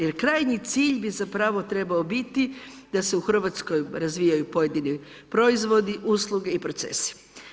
Jer krajnji cilj bi zapravo trebao biti da se u Hrvatskoj razvijaju pojedini proizvodi, usluge i procesi.